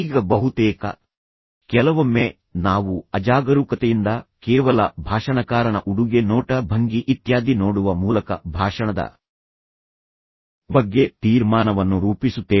ಈಗ ಬಹುತೇಕ ಕೆಲವೊಮ್ಮೆ ನಾವು ಅಜಾಗರೂಕತೆಯಿಂದ ಕೇವಲ ಭಾಷಣಕಾರನ ಉಡುಗೆ ನೋಟ ಭಂಗಿ ಇತ್ಯಾದಿ ನೋಡುವ ಮೂಲಕ ಭಾಷಣದ ಬಗ್ಗೆ ತೀರ್ಮಾನವನ್ನು ರೂಪಿಸುತ್ತೇವೆ